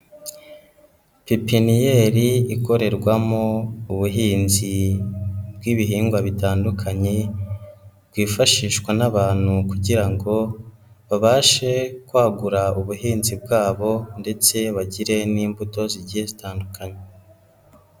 Pipiniyeri ikorerwamo ubuhinzi bw'ibihingwa bitandukanye bwifashishwa n'abantu kugira ngo babashe kwagura ubuhinzi bwabo ndetse bagire n'imbuto zigiye zitandukanye.